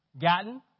gotten